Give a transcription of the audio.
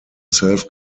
self